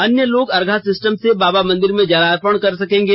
अन्य लोग अर्घा सिस्टम से बाबा मंदिर में जलार्पण कर सकेंगे